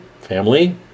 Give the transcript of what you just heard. family